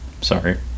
Sorry